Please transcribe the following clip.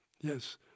Yes